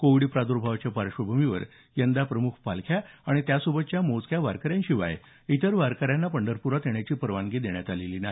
Covid प्रादर्भावाच्या पार्श्वभूमीवर यंदा प्रमुख पालख्या आणि त्यासोबतच्या मोजक्या वारकऱ्यांशिवाय इतर वारकऱ्यांना पंढरपूरात येण्याची परवानगी देण्यात आलेली नाही